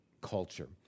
culture